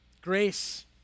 Grace